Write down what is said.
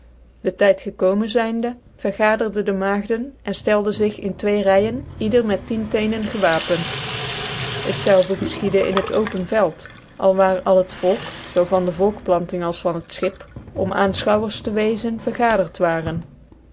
dc tyt gekomen zyndc vergaderde de maagden cn fielden zig in twee reien ieder met tien tcenen gewapent het zelve gefchiede in het open velt alwaar al het volk zoo van de volkplanting als van het schip om aanfehouwers te wcfecn vergadert waren